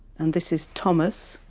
and this is thomas,